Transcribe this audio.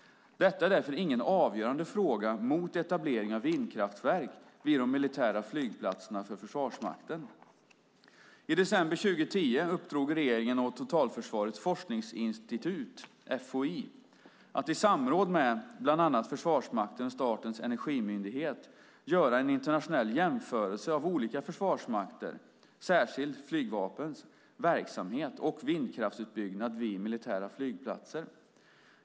Detta är därför ingen för Försvarsmakten avgörande fråga mot etablering av vindkraftverk vid de militära flygplatserna. I december 2010 uppdrog regeringen åt Totalförsvarets forskningsinstitut, FOI, att i samråd med bland annat Försvarsmakten och Statens energimyndighet göra en internationell jämförelse av olika försvarsmakters, särskilt flygvapnets, verksamhet och vindkraftsutbyggnad vid militära flygplatser.